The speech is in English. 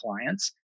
clients